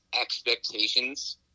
expectations